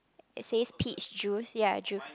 it says peach juice ya a juice